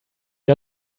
got